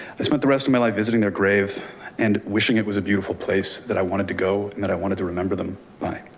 i spent the rest of my life visiting their grave and wishing it was a beautiful place that i wanted to go. and that i wanted to remember them by.